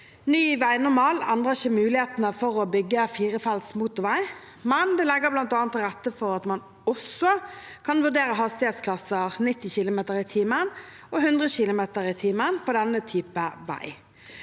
Ny veinormal endrer ikke mulighetene for å bygge firefelts motorvei, men det legger bl.a. til rette for at man også kan vurdere hastighetsklasser 90 km/t og 100 km/t på denne typen vei.